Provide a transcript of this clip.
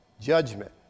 Judgment